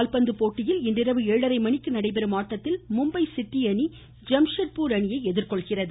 கால்பந்து போட்டியில் இன்றிரவு எழரை மணிக்கு நடைபெறும் ஆட்டத்தில் மும்பை சிட்டி அணி ஜம்ஷெட்பூர் அணியை எதிர்கொள்கிறது